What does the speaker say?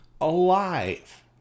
alive